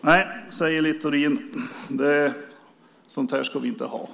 Nej, säger Littorin, sådant här ska vi inte ha.